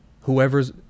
whoever's